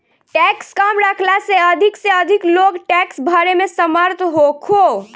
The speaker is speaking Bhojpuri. टैक्स कम रखला से अधिक से अधिक लोग टैक्स भरे में समर्थ होखो